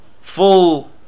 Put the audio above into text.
full